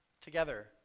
together